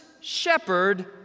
shepherd